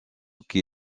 qui